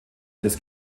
des